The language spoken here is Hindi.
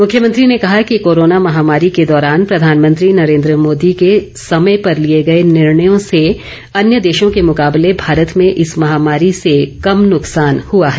मुख्यमंत्री ने कहा कि कोरोना महामारी के दौरान प्रधानमंत्री नरेन्द्र मोदी के समय पर लिए गए निर्णयों से अन्य देशों को मुकाबले भारत में इस महामारी से कम नुकसान हुआ है